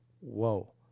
whoa